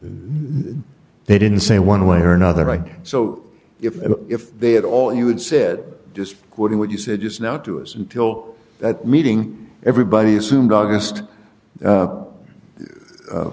the they didn't say one way or another right so if if they had all you would said just quoting what you said just now to us until that meeting everybody assumed august